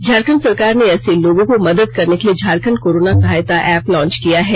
झारखंड सरकार ने ऐसे लोगों को मदद करने के लिए झारखंड कोरोना सहायता एप लॉच किया है